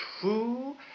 true